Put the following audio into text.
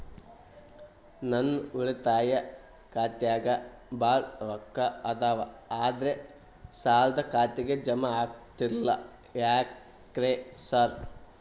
ನನ್ ಉಳಿತಾಯ ಖಾತ್ಯಾಗ ಬಾಳ್ ರೊಕ್ಕಾ ಅದಾವ ಆದ್ರೆ ಸಾಲ್ದ ಖಾತೆಗೆ ಜಮಾ ಆಗ್ತಿಲ್ಲ ಯಾಕ್ರೇ ಸಾರ್?